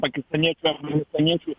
pakistaniečių afiganistaniečių